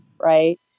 right